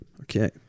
okay